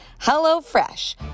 HelloFresh